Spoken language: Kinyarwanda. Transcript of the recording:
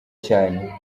cyane